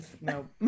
no